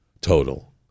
total